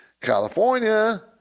California